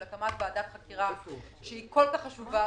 של הקמת ועדת חקירה שהיא כל כך חשובה,